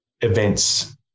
Events